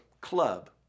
club